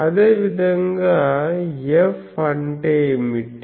అదేవిధంగా F అంటే ఏమిటి